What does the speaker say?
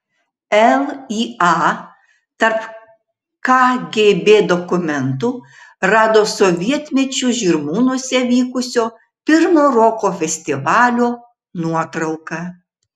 lya tarp kgb dokumentų rado sovietmečiu žirmūnuose vykusio pirmo roko festivalio nuotrauką